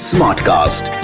Smartcast